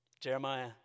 Jeremiah